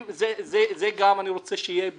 זה גם אני רוצה שיהיה בפנים.